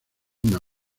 una